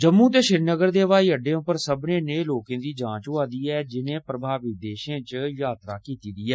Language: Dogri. जम्मू ते श्रीनगर दे हवाई अड्डे पर सब्बनें नेंह लोकें दी जांच कीती जा रदी ऐ जिनें प्रभावित देशें च यात्रा कीती दी ऐ